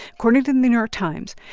according to the new york times,